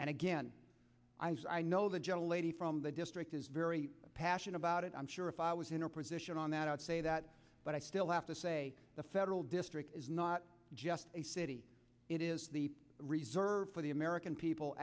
and again i as i know the gentle lady from the district is very passionate about it i'm sure if i was in her position on that i would say that but i still have to say the federal district is not just a city it is the reserve for the american people